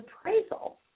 appraisal